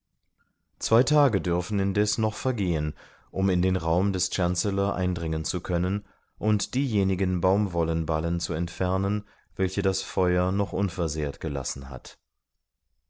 zwei tage dürfen indeß noch vergehen um in den raum des chancellor eindringen zu können und diejenigen baumwollenballen zu entfernen welche das feuer noch unversehrt gelassen hat